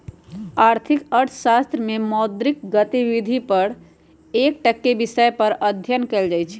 आर्थिक अर्थशास्त्र में मौद्रिक गतिविधि सभ पर एकटक्केँ विषय पर अध्ययन कएल जाइ छइ